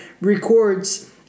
records